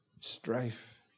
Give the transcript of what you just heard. strife